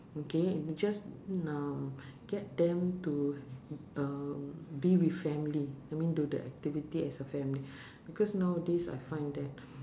okay just um get them to uh be with family I mean do the activity as a family because nowadays I find that